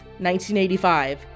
1985